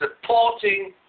supporting